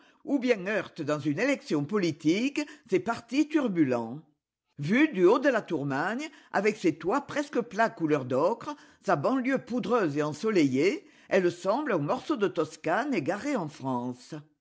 ou bien heurte dans une élection politique ses partis turbulents vue du haut de la tour magne avec ses toits presque plats couleur d'ocre sa banlieue poudreuse et ensoleillée elle semble un morceau de toscane égaré en france